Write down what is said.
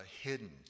hidden